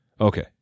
Okay